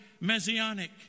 messianic